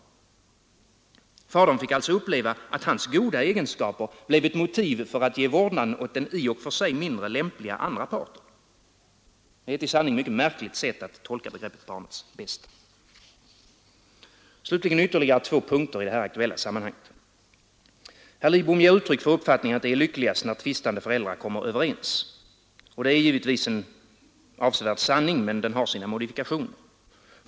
Fadern fick alltså uppleva att hans goda egenskaper blev ett motiv för att ge vårdnaden åt den i och för sig mindre lämpliga andra parten. Ett i sanning mycket märkligt sätt att tolka begreppet barnets bästa. Slutligen ytterligare två punkter i det aktuella sammanhanget. Herr Lidbom ger uttryck för uppfattningen, att det är lyckligast när tvistande föräldrar kommer överens. Det är en sanning, men den har sina modifikationer.